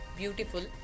beautiful